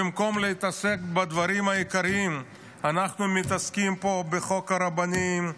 במקום להתעסק בדברים העיקריים אנחנו מתעסקים פה בחוק הרבנים,